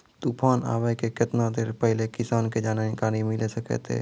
तूफान आबय के केतना देर पहिले किसान के जानकारी मिले सकते?